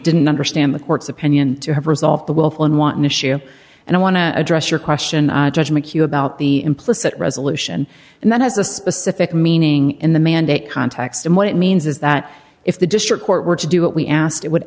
didn't understand the court's opinion to have resolved the willful and wanton issue and i want to address your question judge mchugh about the implicit resolution and that has a specific meaning in the mandate context and what it means is that if the district court were to do what we asked it would